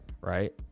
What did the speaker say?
right